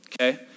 okay